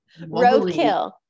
Roadkill